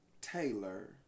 Taylor